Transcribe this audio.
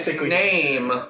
name